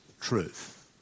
truth